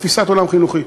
תפיסת עולם חינוכית.